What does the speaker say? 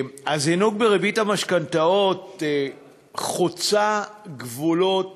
הזינוק בריבית המשכנתאות חוצה גבולות